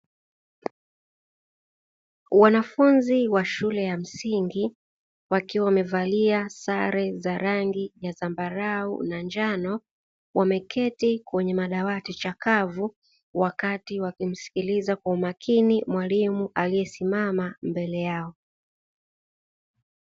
Wanafunzi wa shule ya msingi wakiwa wamevalia sare za rangi ya zambarau na njano, wameketi kwenye madawati chakavu wakati wakimsikiliza kwa umakini mwalimu aliyesimama mbele yao.